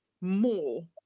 more